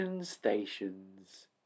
Stations